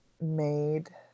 made